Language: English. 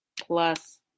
plus